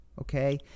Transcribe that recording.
Okay